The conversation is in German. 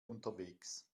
unterwegs